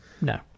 No